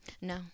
No